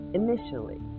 initially